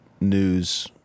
news